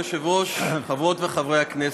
כבוד היושב-ראש, חברות וחברי הכנסת,